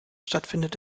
stattfindet